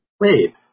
wait